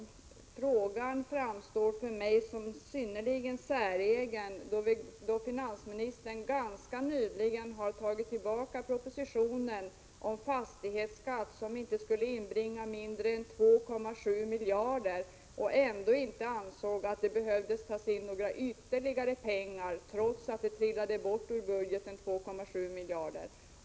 Det kravet framstår för mig som synnerligen säreget, eftersom finansministern nyligen drog tillbaka propositionen om fastighetsskatt, som skulle inbringa inte mindre än 2,7 miljarder, och då inte ansåg att det behövde tas in några ytterligare pengar för att ersätta dessa 2,7 miljarder.